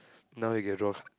now you get